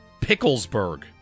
Picklesburg